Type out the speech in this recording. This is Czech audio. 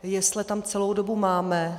Jesle tam celou dobu máme.